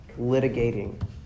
litigating